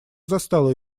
застала